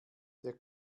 der